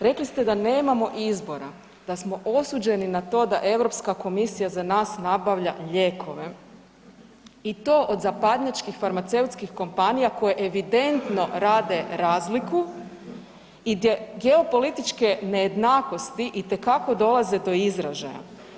Rekli ste da nemamo izbora da smo osuđeni na to da Europska komisija za nas nabavlja lijekove i to od zapadnjačkih farmaceutskih kompanija koje evidentno rade razliku i gdje geopolitičke nejednakosti itekako dolaze do izražaja.